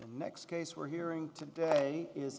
next case we're hearing today is